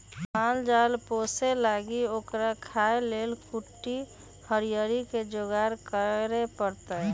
माल जाल पोशे लागी ओकरा खाय् लेल कुट्टी हरियरी कें जोगार करे परत